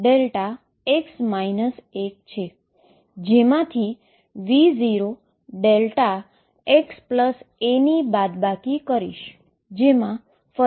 જે વેવ ફંક્શનને નોર્મલાઈઝ બનાવે છે અને તે પાર્ટીકલને ક્યાંય પણ શોધવાની પ્રોબેબીલીટી આપે છે